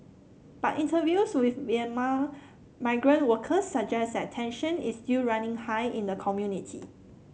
but interviews with Myanmar migrant workers suggest that tension is still running high in the community